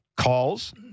calls